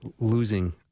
losing